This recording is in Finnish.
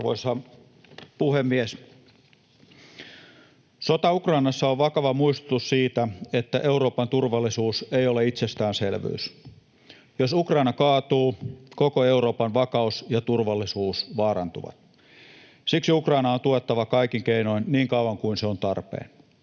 Arvoisa puhemies! Sota Ukrainassa on vakava muistutus siitä, että Euroopan turvallisuus ei ole itsestäänselvyys. Jos Ukraina kaatuu, koko Euroopan vakaus ja turvallisuus vaarantuvat. Siksi Ukrainaa on tuettava kaikin keinoin niin kauan kuin se on tarpeen.